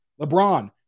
LeBron